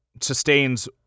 sustains